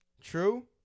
True